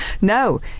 no